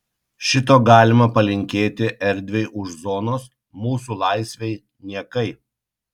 šito galima palinkėti erdvei už zonos mūsų laisvei niekai